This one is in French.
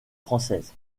française